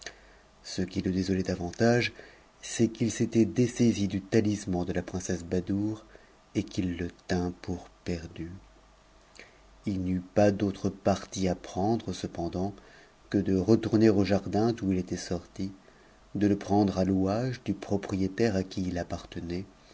ce qui le désoiait davantage c'est qu'il s'était dessaisi du talisman de la princesse badoure et qu'il le tint pour perdu ï n'eut pas d'autre parti à prendre cependant que de retourner au jardin d'où il était sorti de le prendre à louage dit propriétaire à qui it appartenait